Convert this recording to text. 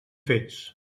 fets